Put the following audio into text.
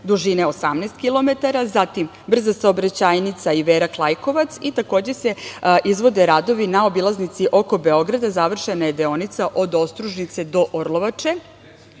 dužine 18 kilometara, zatim brza saobraćajnica Iverak - Lajkovac i takođe se izvode radovi na obilaznici oko Beograda završena je deonica od Ostružnice do Orlovače. Inače,